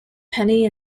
penny